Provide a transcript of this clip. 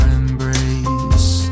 embrace